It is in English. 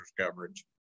coverage